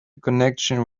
connection